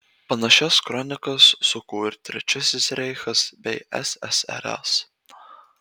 panašias kronikas suko ir trečiasis reichas bei ssrs